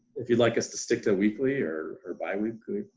if you'd like us to stick to weekly, or or bi-weekly,